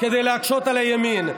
כדי להקשות על הימין.